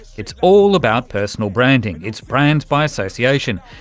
it's all about personal branding, it's brands by association.